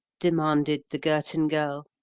demanded the girton girl.